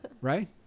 right